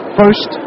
first